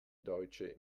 deutsche